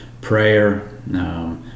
prayer